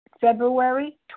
February